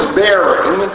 bearing